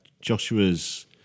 Joshua's